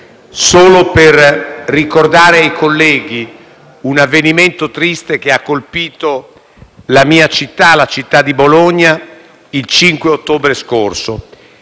solo per ricordare ai colleghi un avvenimento triste che ha colpito la mia città, la città di Bologna, il 5 ottobre scorso.